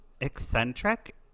Eccentric